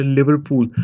Liverpool